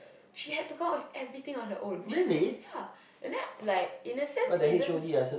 she had to come up with everything on her own which I felt ya and like in a sense isn't